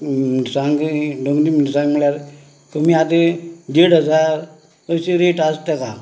मिरसांग ही डोंगरी मिरसांग म्हळ्यार कमी हा तीं देड हजार अशी रेट आस तेका